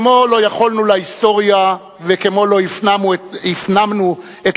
כמו לא יכולנו להיסטוריה וכמו לא הפנמנו את